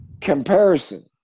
comparison